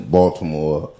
Baltimore